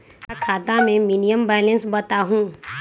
हमरा खाता में मिनिमम बैलेंस बताहु?